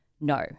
No